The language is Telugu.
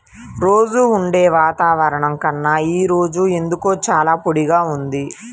రోజూ ఉండే వాతావరణం కన్నా ఈ రోజు ఎందుకో చాలా పొడిగా ఉంది